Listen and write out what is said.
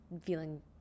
feeling